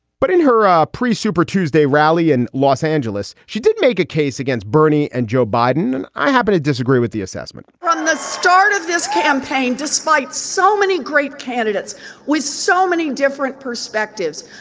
but in her ah pre-super tuesday rally in los angeles. she didn't make a case against bernie and joe biden and i happen to disagree with the assessment from the start of this campaign, despite so many great candidates with so many different perspectives.